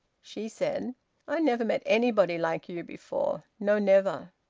she said i never met anybody like you before. no, never!